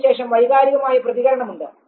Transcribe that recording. അതിനുശേഷം വൈകാരികമായ പ്രതികരണം ഉണ്ട്